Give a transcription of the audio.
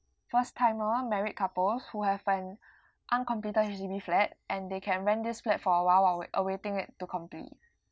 first timer married couples who have an uncompleted H_D_B flat and they can rent this flat for awhile while wai~ awaiting it to complete